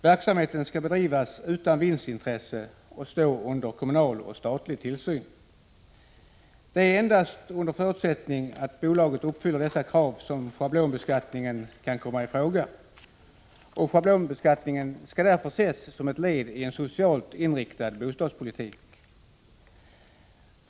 Verksamheten skall bedrivas utan vinstintressen och ER Brian stå under kommunal och statlig tillsyn. FRRSTeSLErTÖR ER bostadsföretag Det är endast under förutsättning att bolaget uppfyller dessa krav som schablonbeskattning kan komma i fråga. Schablonbeskattningen skall därför ses som ett led i en socialt inriktad bostadspolitik.